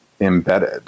embedded